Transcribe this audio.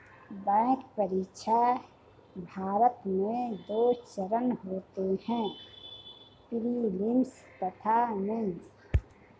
bank परीक्षा, भारत में दो चरण होते हैं प्रीलिम्स तथा मेंस